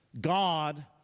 God